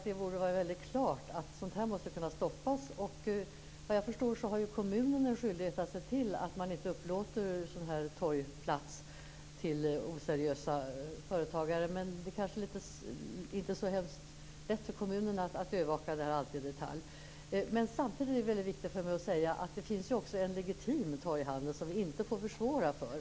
Det borde vara väldigt klart att sådant måste kunna stoppas. Såvitt jag förstår har kommunen en skyldighet att se till att den inte upplåter torgplats till oseriösa företagare. Men det kanske inte alltid är så hemskt lätt för kommunen att övervaka det i detalj. Samtidigt är det mycket viktigt för mig att säga att det finns en legitim torghandel som vi inte får försvåra för.